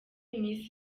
miss